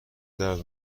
درد